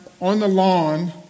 on-the-lawn